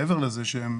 מעבר לזה שהם